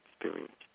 experience